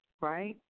Right